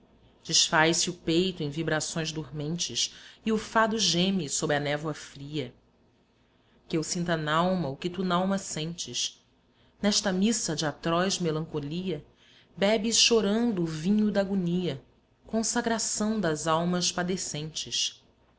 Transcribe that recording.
desfaz-se o peito em vibrações dormentes e o fado geme sob a névoa fria que eu sinta nalma o que tu nalma sentes nesta missa de atroz melancolia bebes chorando o vinho da agonia consagração das almas padecentes